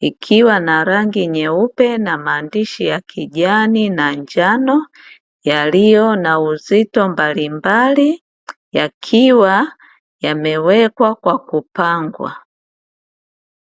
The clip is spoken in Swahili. ikiwa na rangi nyeupe na maandishi kijani na njano yaliyo na uzito mbalimbali yakiwa yamewekwa kwa kupangwa.